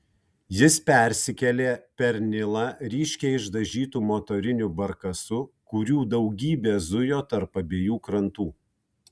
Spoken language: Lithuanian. jis persikėlė per nilą ryškiai išdažytu motoriniu barkasu kurių daugybė zujo tarp abiejų krantų